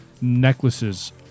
necklaces